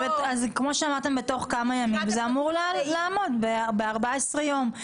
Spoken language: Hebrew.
כמו שאתם אומרים תוך כמה ימים זה אמור לעמוד בתוך ה-14 יום.